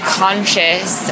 conscious